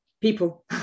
People